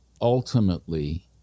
ultimately